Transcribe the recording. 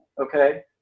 Okay